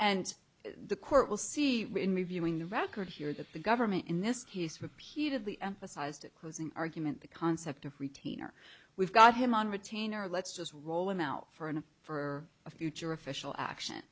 and the court will see in reviewing the record here that the government in this case repeatedly emphasized a closing argument the concept of retainer we've got him on retainer let's just roll him out for an hour for a future official ac